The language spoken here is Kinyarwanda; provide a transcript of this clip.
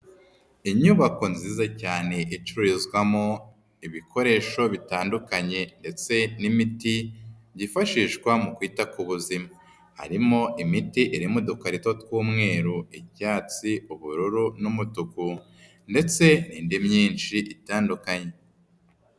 Inyubako nziza cyane icururizwamo ibikoresho bitandukanye ndetse n'imiti, byifashishwa mu kwita ku buzima. Harimo imiti iri mu dukarito tw'umweru, icyatsi, ubururu n'umutuku ndetse n'indi myinshi itandukanye.